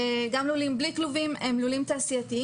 גם לולים בלי כלובים הם לולים תעשייתיים